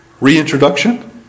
reintroduction